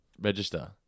register